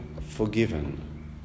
forgiven